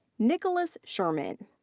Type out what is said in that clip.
nicholas sherman.